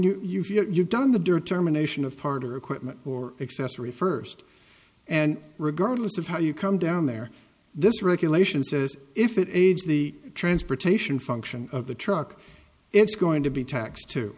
when you're done the dirt terminations of party or equipment or accessory first and regardless of how you come down there this regulation says if it aids the transportation function of the truck it's going to be taxed to